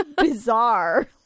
bizarre